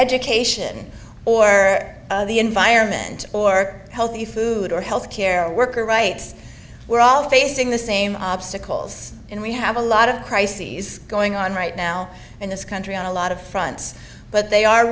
education or the environment or healthy food or health care worker rights we're all facing the same obstacles and we have a lot of crises going on right now in this country on a lot of fronts but they are